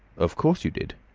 of course you did.